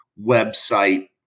website